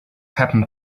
happened